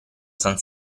san